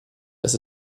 das